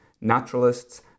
naturalists